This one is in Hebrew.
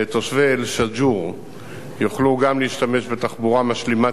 תושבי אל-שגור יוכלו גם להשתמש בתחבורה משלימה,